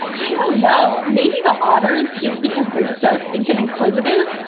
i don't know maybe the orders just because they're so stinkin, inquisitive.